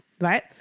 right